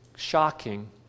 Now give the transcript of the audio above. Shocking